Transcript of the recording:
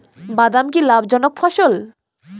বাদাম কি লাভ জনক ফসল?